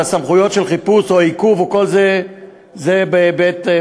סמכויות של חיפוש או עיכוב זה בבית,